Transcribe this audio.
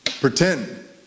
pretend